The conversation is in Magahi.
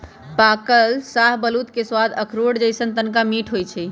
पाकल शाहबलूत के सवाद अखरोट जइसन्न तनका मीठ होइ छइ